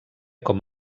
com